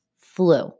flu